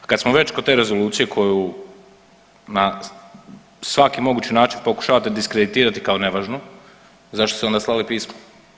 Kada smo već kod te Rezolucije koju na svaki mogući način pokušavate diskreditirati kao nevažnu zašto ste onda slali pismo?